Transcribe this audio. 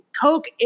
Coke